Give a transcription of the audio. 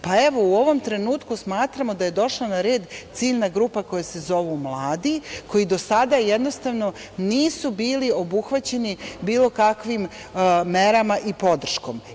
Pa, evo u ovom trenutku smatramo da je došla na red ciljna grupa koja se zove mladi koji do sada jednostavno nisu bili obuhvaćeni bilo kakvim merama i podrškom.